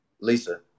Lisa